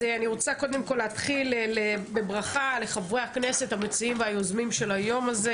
אני רוצה להתחיל בברכה לחברי הכנסת המציעים והיוזמים של היום הזה